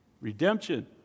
Redemption